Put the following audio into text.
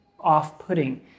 off-putting